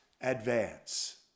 advance